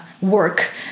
work